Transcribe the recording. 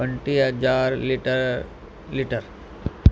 पंटीह हज़ार litre litre